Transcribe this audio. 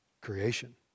creation